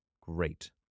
Great